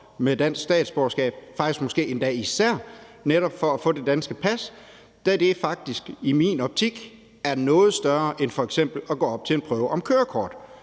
dansk statsborgerskab – faktisk måske endda især netop for at få det danske pas, da det i min optik er noget større end f.eks. at gå op til en prøve om kørekort.